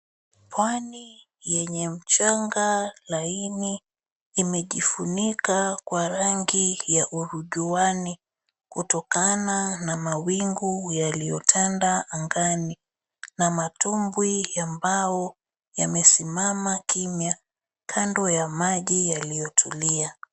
Pwani yenye mchanga laini imejifunika kwa rangi ya urujuani kutokana na mawingu yaliyotanda angani na matumbwi ya mbao yamesimama kimya kando ya maji yaliyotulia.